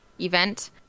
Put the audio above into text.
event